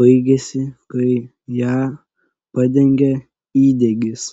baigiasi kai ją padengia įdegis